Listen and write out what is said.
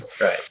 Right